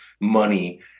money